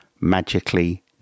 magically